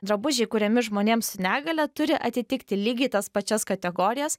drabužiai kuriami žmonėm su negalia turi atitikti lygiai tas pačias kategorijas